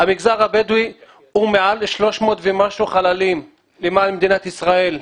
במגזר הבדואי יש יותר מ-300 חללים למען מדינת ישראל,